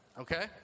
Okay